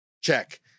Check